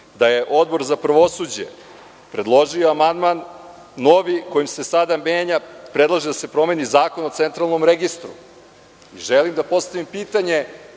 da je Odbor za pravosuđe predložio amandman koji se sada menja i predlaže se da se promeni Zakon o centralnom registru. Želim da postavim pitanje